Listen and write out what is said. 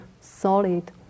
solid